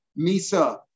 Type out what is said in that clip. Misa